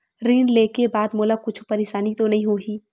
ऋण लेके बाद मोला कुछु परेशानी तो नहीं होही?